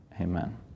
Amen